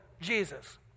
Jesus